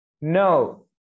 No